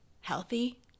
healthy